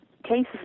cases